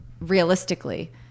realistically